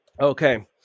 Okay